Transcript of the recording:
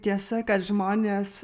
tiesa kad žmonės